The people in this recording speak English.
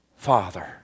father